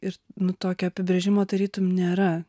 ir nu tokio apibrėžimo tarytum nėra